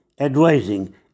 advising